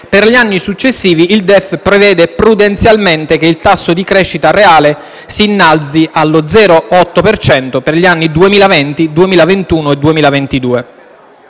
per gli anni successivi il DEF prevede prudenzialmente che il tasso di crescita reale si innalzi allo 0,8 per cento negli anni 2020, 2021 e 2022.